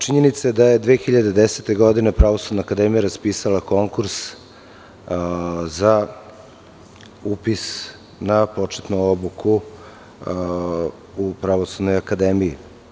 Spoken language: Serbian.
Činjenica je da je 2010. godine Pravosudna akademija raspisala konkurs za upis na početnu obuku u Pravosudnoj akademiji.